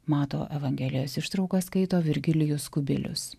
mato evangelijos ištrauką skaito virgilijus kubilius